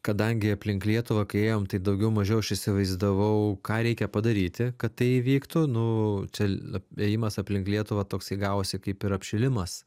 kadangi aplink lietuvą kai ėjom tai daugiau mažiau aš įsivaizdavau ką reikia padaryti kad tai įvyktų nu čia ėjimas aplink lietuvą toksai gavosi kaip ir apšilimas